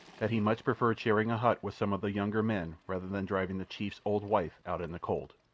that he much preferred sharing a hut with some of the younger men rather than driving the chief's old wife out in the cold.